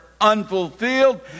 unfulfilled